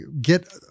get